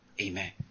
Amen